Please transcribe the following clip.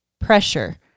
pressure